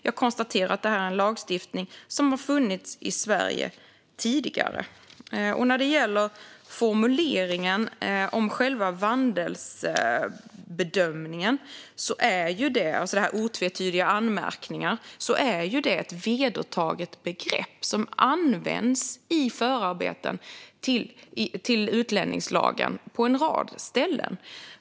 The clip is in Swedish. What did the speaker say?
Jag konstaterar att detta är en lagstiftning som har funnits i Sverige tidigare. När det gäller formuleringen om själva vandelsbedömningen vill jag säga att "otvetydiga anmärkningar" är ett vedertaget begrepp som använts i förarbeten till utlänningslagen på en rad ställen.